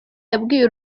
yabwiye